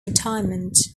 retirement